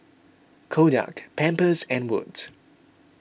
Kodak Pampers and Wood's